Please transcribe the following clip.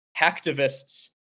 Hacktivists